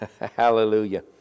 Hallelujah